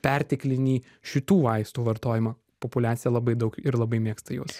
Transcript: perteklinį šitų vaistų vartojimą populiacija labai daug ir labai mėgsta juos